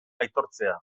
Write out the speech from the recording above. aitortzea